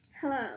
Hello